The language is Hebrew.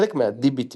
חלק מהDBT